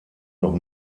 noch